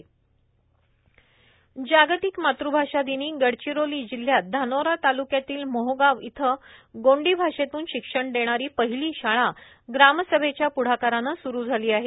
गोंडी पहिली शाळा जागतिक मातुभाषा दिनी गडचिरोली जिल्ह्यात धानोरा ताल्क्यातील मोहगाव इथं गोंडी भाषेतून शिक्षण देणारी पहिली शाळा ग्रामसभेच्या प्ढाकाराने स्रु झाली आहे